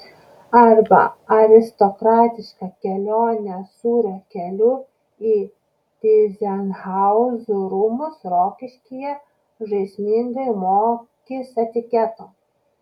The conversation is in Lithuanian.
arba aristokratiška kelionė sūrio keliu į tyzenhauzų rūmus rokiškyje žaismingai mokys etiketo